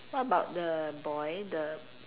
what about the boy the